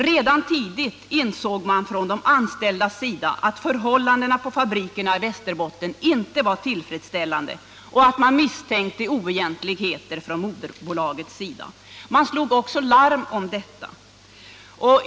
Redan tidigt insåg de att förhållandena på fabrikerna i Västerbotten inte var tillfredsställande, och de misstänkte oegentligheter från moderbolagets sida. Man slog också larm om detta.